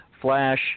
Flash